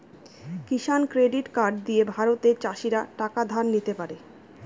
কিষান credit card দিয়ে ভারতের চাষীরা টাকা ধার নিতে পারে